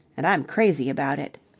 and i'm crazy about it.